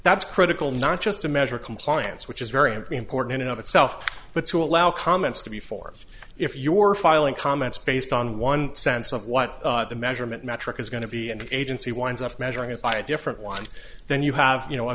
that's critical not just to measure compliance which is very important in and of itself but to allow comments to be for if your filing comments based on one sense of what the measurement metric is going to be an agency winds up measuring it by a different one then you have you know a